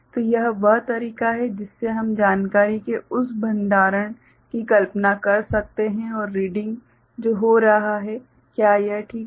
तो यह वह तरीका है जिससे हम जानकारी के उस भण्डारण की कल्पना कर सकते हैं और रीडिंग जो हो रहा है क्या यह ठीक है